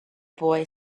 boy